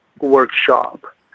workshop